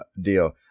deal